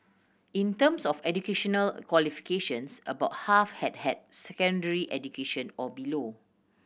in terms of educational qualifications about half had had secondary education or below